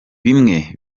bimwe